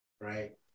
Right